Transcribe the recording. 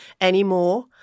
anymore